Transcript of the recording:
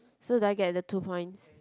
so do I get the two points